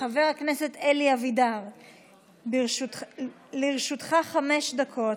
חבר הכנסת אלי אבידר, לרשותך חמש דקות.